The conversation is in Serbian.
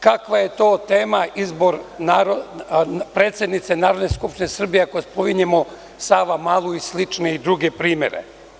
Kakva je to tema izbor predsednice Narodne skupštine Srbije, ako spominjemo „Savamalu“ i druge slične primere?